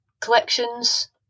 collections